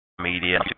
media